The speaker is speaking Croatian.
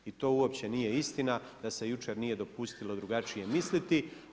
I to uopće nije istina da se jučer nije dopustilo drugačije misliti.